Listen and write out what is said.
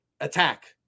attack